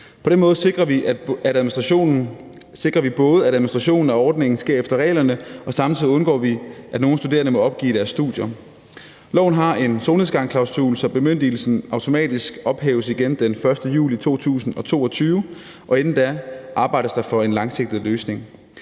På den måde sikrer vi både, at administrationen af ordningen sker efter reglerne, og samtidig undgår vi, at nogle studerende må opgive deres studier. Loven har en solnedgangsklausul, så bemyndigelsen automatisk ophæves igen den 1. juli 2022, og inden da arbejdes der for en langsigtet løsning.